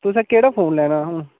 तुसें केह्ड़ा फोन लैना हून